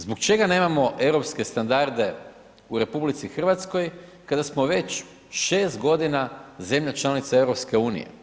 Zbog čega nemamo europske standarde u RH kada smo vić 6.g. zemlja članica EU?